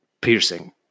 piercing